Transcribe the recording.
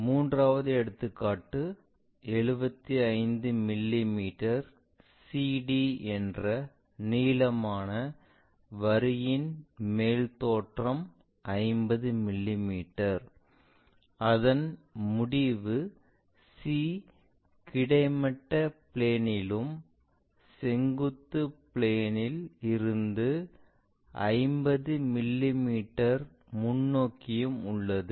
மூன்றாவது எடுத்துக்காட்டு 75 மிமீ CD என்ற நீளமான வரியின் மேல் தோற்றம் 50 மிமீ அதன் முடிவு C கிடைமட்ட பிளேன்னிலும் செங்குத்து பிளேன் இல் இருந்து 50 மிமீ முன்னோக்கியும் உள்ளது